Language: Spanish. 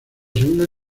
segunda